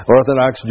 Orthodox